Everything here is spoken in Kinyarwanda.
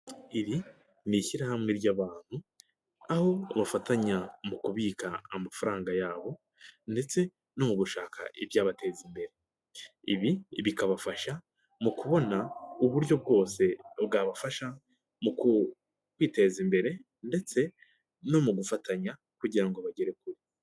Iri ni' ishyirahamwe ry'abantu aho bafatanya mu kubika amafaranga yabo ,ndetse no mu gushaka ibyabateza imbere, ibi bikabafasha mu kubona uburyo bwose bwabafasha, mu ku kwiteza imbere ,ndetse no mu gufatanya kugira ngo bagere kure.